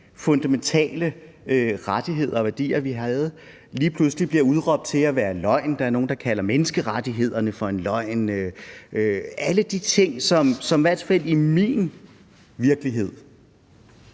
fundamentale rettigheder og værdier, vi havde, lige pludselig bliver udråbt til at være løgn. Der er nogle, der kalder menneskerettighederne for en løgn. Alle de ting, som i hvert tilfælde i min virkelighed